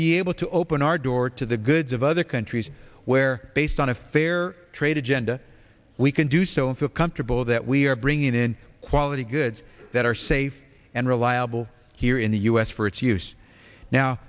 be able to open our door to the goods of other countries where based on a fair trade agenda we can do so and feel comfortable that we are bringing in quality goods that are safe and reliable here in the u s for